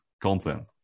content